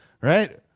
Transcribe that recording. right